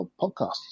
podcasts